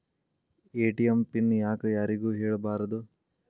ATM pin ಯಾಕ್ ಯಾರಿಗೂ ಹೇಳಬಾರದು?